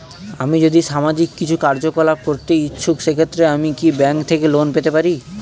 আমি যদি সামাজিক কিছু কার্যকলাপ করতে ইচ্ছুক সেক্ষেত্রে আমি কি ব্যাংক থেকে লোন পেতে পারি?